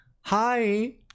hi